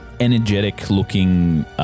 energetic-looking